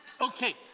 Okay